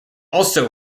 also